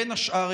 בין השאר,